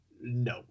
No